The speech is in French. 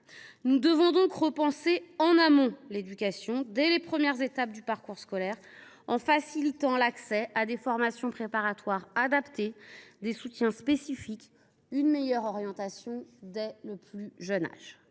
Nous devons donc repenser l’éducation en amont, dès les premières étapes du parcours scolaire, en facilitant l’accès à des formations préparatoires adaptées, à des soutiens spécifiques et à une meilleure orientation dès le plus jeune âge.